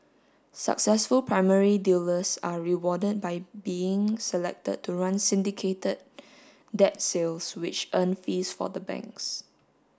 successful primary dealers are rewarded by being selected to run syndicated debt sales which earn fees for the banks